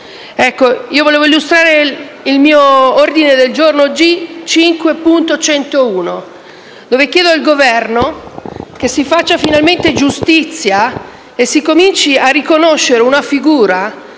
Vorrei illustrare il mio ordine del giorno G5.101, con il quale chiedo al Governo che si faccia finalmente giustizia e si cominci a riconoscere una figura